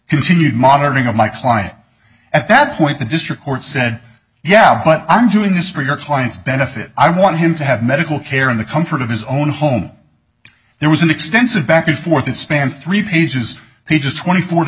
continued monitoring of my client at that point the district court said yeah but i'm doing this for your client's benefit i want him to have medical care in the comfort of his own home there was an extensive back and forth that spanned three pages peters twenty four